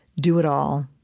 do it all,